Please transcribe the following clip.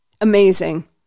Amazing